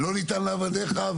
לא ניתן לעבדיך,